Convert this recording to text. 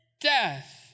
death